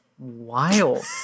Wild